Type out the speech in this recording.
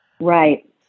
Right